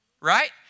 right